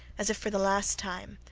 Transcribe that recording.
as if for the last time,